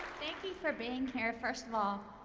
thank you for being here first of all.